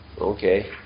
okay